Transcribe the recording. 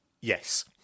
Yes